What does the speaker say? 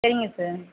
சரிங்க சார்